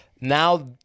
now